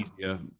easier